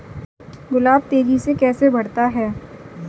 गुलाब तेजी से कैसे बढ़ता है?